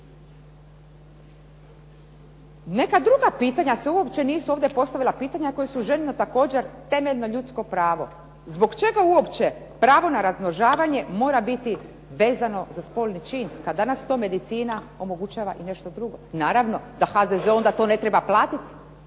Neka druga pitanja se uopće nisu ovdje postavila pitanja koja su ženino također temeljno ljudsko pravo. Zbog čega uopće pravo na razmnožavanje mora biti vezano za spolni čin kad danas to medicina omogućava i nešto drugo. Naravno da HZZO onda to ne treba platiti,